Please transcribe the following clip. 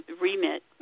remit